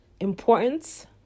importance